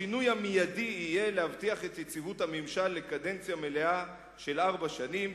השינוי המיידי יהיה להבטיח את יציבות הממשלה לקדנציה מלאה של ארבע שנים,